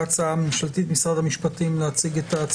למשרד המשפטים אני רוצה לתת תמונת מצב של הדברים,